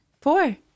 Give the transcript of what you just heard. Four